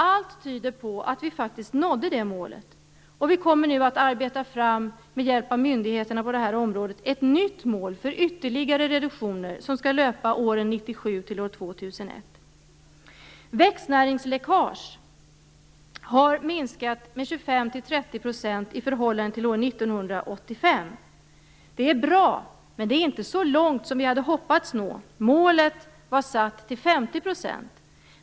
Allt tyder på att vi faktiskt nådde det målet. Med hjälp av myndigheterna på det här området kommer vi nu att arbeta fram ett nytt mål för ytterligare reduktioner. Detta program skall löpa under åren 1997-2001. Växtnäringsläckaget har minskat med 25-30 % i förhållande till år 1985. Det är bra, men det är inte så långt som vi hade hoppats nå. Målet var satt till 50 %.